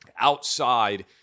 outside